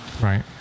right